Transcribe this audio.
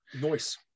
noise